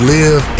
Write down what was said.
live